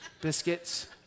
biscuits